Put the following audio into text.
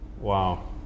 Wow